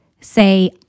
say